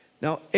Now